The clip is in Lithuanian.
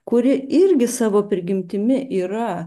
kuri irgi savo prigimtimi yra